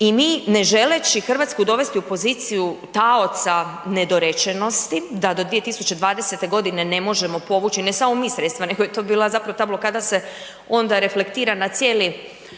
i mi ne želeći Hrvatsku dovesti u poziciju taoca nedorečenosti, da do 2020. g. ne možemo povući, ne samo mi sredstva nego to je bila, zapravo ta blokada se onda reflektira na cijeli